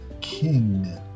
king